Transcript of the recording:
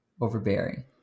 overbearing